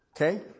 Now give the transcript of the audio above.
okay